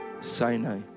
Sinai